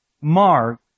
mark